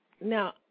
now